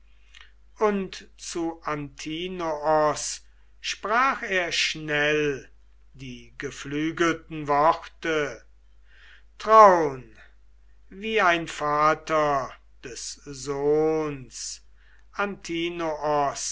und zu antinoos sprach er schnell die geflügelten worte traun wie ein vater des sohns